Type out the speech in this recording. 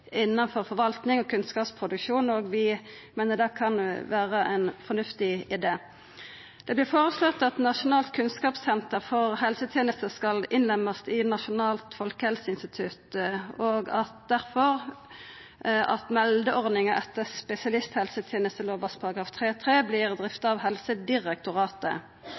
innanfor forvaltning og kunnskapsproduksjon. Vi meiner det kan vera ein fornuftig idé. Det vert føreslått at Nasjonalt kunnskapssenter for helsetenesta skal innlemast i Nasjonalt folkehelseinstitutt, og at meldeordninga etter spesialisthelsetenestelova § 3-3 derfor vert drifta av Helsedirektoratet.